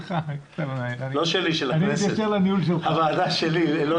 ברשותך, אני מציעה שנשמע את